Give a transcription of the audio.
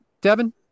Devin